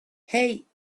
hey